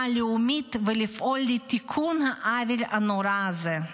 הלאומית ולפעול לתיקון העוול הנורא הזה.